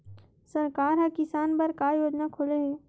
सरकार ह किसान बर का योजना खोले हे?